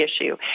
issue